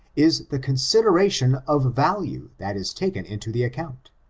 is the consideration of value that is taken into the account,